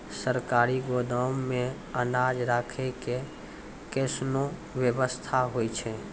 सरकारी गोदाम मे अनाज राखै के कैसनौ वयवस्था होय छै?